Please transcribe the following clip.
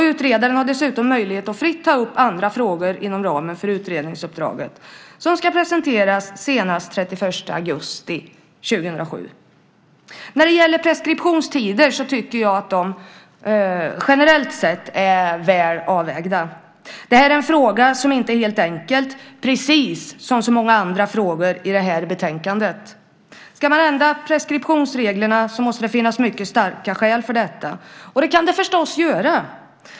Utredaren har dessutom möjlighet att fritt ta upp andra frågor inom ramen för utredningsuppdraget. Utredningen ska presenteras senast den 31 augusti 2007. Jag tycker att preskriptionstiderna är generellt sett väl avvägda. Det här är en fråga som inte är helt enkel, precis som så många andra frågor i betänkandet. Det måste finnas mycket starka skäl för att ändra preskriptionsreglerna. Det kan det förstås finnas.